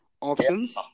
options